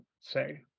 say